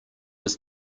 was